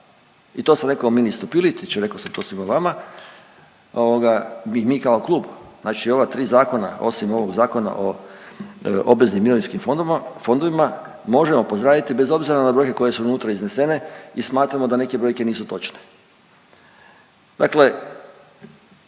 i to sam rekao ministru Piletiću i rekao sam to svima vama ovoga bi mi kao klub znači ova 3 zakona osim ovog Zakona o obveznim mirovinskim fondovima možemo pozdraviti bez obzira na brojke koje su unutra iznesene i smatramo da neke brojke nisu točne. Dakle,